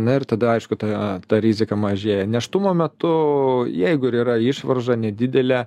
na ir tada aišku ta ta rizika mažėja nėštumo metu jeigu ir yra išvarža nedidelė